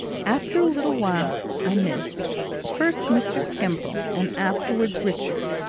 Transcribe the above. after a little while i missed first mr. skimpole and afterwards richard,